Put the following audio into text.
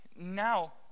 Now